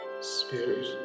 Spirit